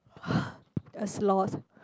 a sloth